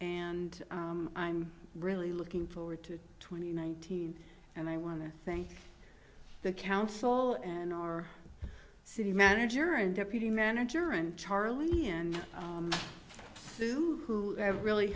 and i'm really looking forward to twenty nineteen and i want to thank the council and our city manager and deputy manager and charley and who have really